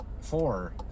four